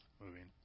moving